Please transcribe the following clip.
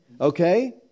okay